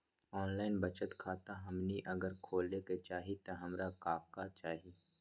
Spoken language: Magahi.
ऑनलाइन बचत खाता हमनी अगर खोले के चाहि त हमरा का का चाहि?